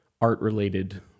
art-related